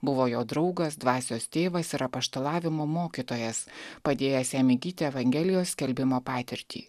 buvo jo draugas dvasios tėvas ir apaštalavimo mokytojas padėjęs jam įgyti evangelijos skelbimo patirtį